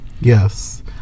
Yes